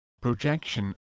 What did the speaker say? projection